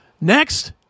Next